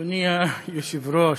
אדוני היושב-ראש,